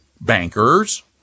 bankers